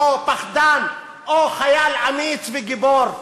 או פחדן, או חייל אמיץ וגיבור?